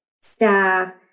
staff